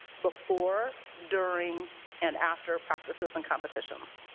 before, during and after practices and competitions.